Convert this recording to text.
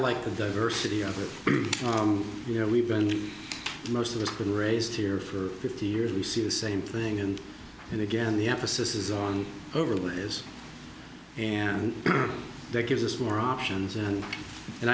like the diversity of it from you know we've been most of us could raised here for fifty years we see the same thing and and again the emphasis is on overlays and that gives us more options and and